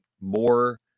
more